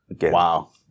Wow